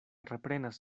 reprenas